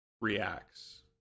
reacts